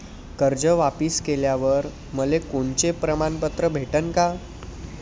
कर्ज वापिस केल्यावर मले कोनचे प्रमाणपत्र भेटन का?